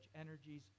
energies